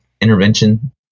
intervention